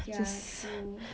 ya true